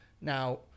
Now